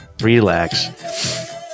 Relax